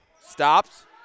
stops